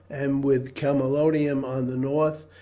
and with camalodunum on the north,